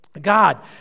God